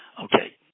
Okay